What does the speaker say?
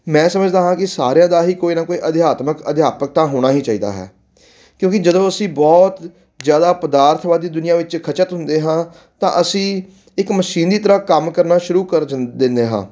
ਮੈਂ ਸਮਝਦਾ ਹਾਂ ਕਿ ਸਾਰਿਆਂ ਦਾ ਹੀ ਕੋਈ ਨਾ ਕੋਈ ਅਧਿਆਤਮਿਕ ਅਧਿਆਪਕ ਤਾਂ ਹੋਣਾ ਹੀ ਚਾਹੀਦਾ ਹੈ ਕਿਉਂਕਿ ਜਦੋਂ ਅਸੀਂ ਬਹੁਤ ਜ਼ਿਆਦਾ ਪਦਾਰਥਵਾਦੀ ਦੁਨੀਆ ਵਿੱਚ ਖਚਤ ਹੁੰਦੇ ਹਾਂ ਤਾਂ ਅਸੀਂ ਇੱਕ ਮਸ਼ੀਨ ਦੀ ਤਰ੍ਹਾਂ ਕੰਮ ਕਰਨਾ ਸ਼ੁਰੂ ਕਰ ਜਿਨ ਦਿੰਦੇ ਹਾਂ